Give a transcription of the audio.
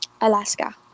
Alaska